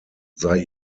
sei